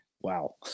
Wow